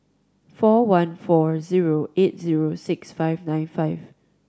four one four zero eight zero six five nine five